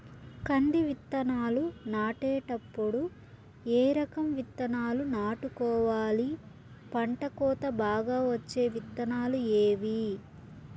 కంది విత్తనాలు నాటేటప్పుడు ఏ రకం విత్తనాలు నాటుకోవాలి, పంట కోత బాగా వచ్చే విత్తనాలు ఏవీ?